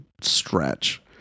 stretch